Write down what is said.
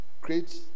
creates